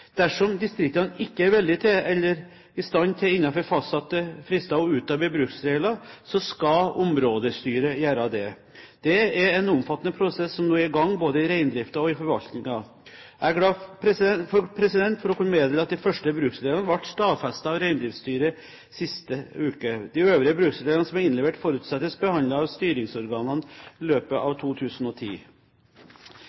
Dersom distriktene ikke er villige til eller i stand til, innenfor fastsatte frister, å utarbeide bruksregler, skal områdestyret gjøre dette. Det er en omfattende prosess som nå er i gang både i reindriften og i forvaltningen. Jeg er glad for å kunne meddele at de første bruksreglene ble stadfestet av Reindriftsstyret sist uke. De øvrige bruksreglene som er innlevert, forutsettes behandlet av styringsorganene i løpet av